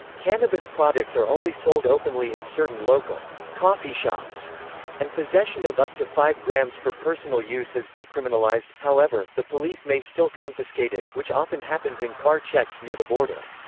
cannabis products are only sold openly in certain local coffeeshops and possession of up to five grams for personal use is decriminalised, however the police may still confiscate it, which often happens in car checks near the border.